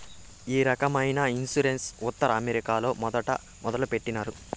ఈ రకమైన ఇన్సూరెన్స్ ఉత్తర అమెరికాలో మొదట మొదలుపెట్టినారు